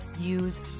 use